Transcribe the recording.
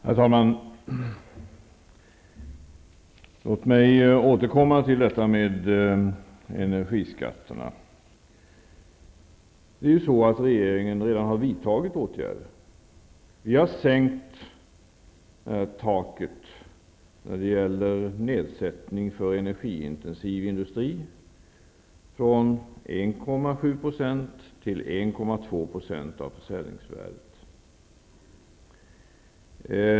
Herr talman! Låt mig återkomma till energiskatterna. Regeringen har redan vidtagit åtgärder. Vi har sänkt taket för nedsättning inom energiintensiv industri från 1,7 % till 1,2 % av försäljningsvärdet.